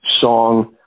song